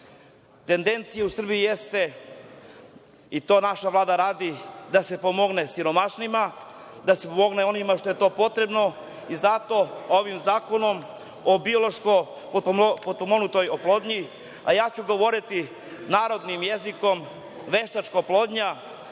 Tendencija u Srbiji jeste i to naša Vlada radi, da se pomogne siromašnima, da se pomogne onima kojima je potrebno. Zato ovim zakonom o potpomognutoj oplodnji, a ja ću govoriti narodnim jezikom veštačka oplodnja.